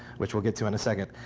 which we'll get to in a second.